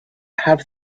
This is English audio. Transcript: have